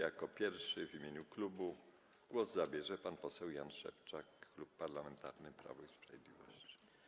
Jako pierwszy w imieniu klubu głos zabierze pan poseł Jan Szewczak, Klub Parlamentarny Prawo i Sprawiedliwość.